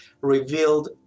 revealed